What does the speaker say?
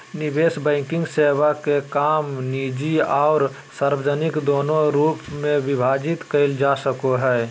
निवेश बैंकिंग सेवा के काम निजी आर सार्वजनिक दोनों रूप मे विभाजित करल जा सको हय